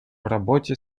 работе